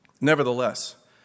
Nevertheless